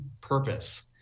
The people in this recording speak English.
purpose